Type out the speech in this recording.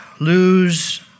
lose